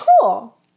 cool